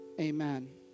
Amen